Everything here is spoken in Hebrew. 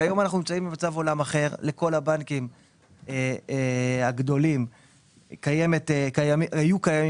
כיום אנחנו נמצאים במצב עולם אחר כאשר לכל הבנקים הגדולים היו קיימים